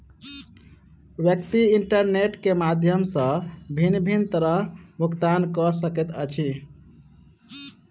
व्यक्ति इंटरनेट के माध्यम सॅ भिन्न भिन्न तरहेँ भुगतान कअ सकैत अछि